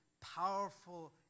powerful